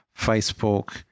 Facebook